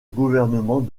gouvernement